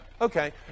okay